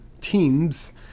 teams